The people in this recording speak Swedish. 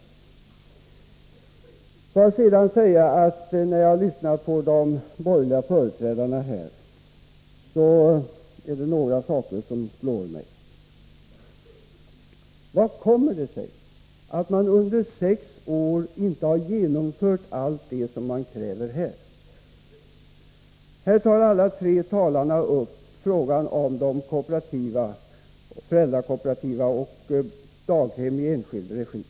När jag lyssnar till de borgerliga företrädarna här är det några saker som slår mig. Hur kommer det sig att man under sex år inte har genomfört allt det som man nu kräver på detta område? Här tar alla tre talarna upp frågan om de föräldrakooperativa daghemmen och daghem i enskild regi.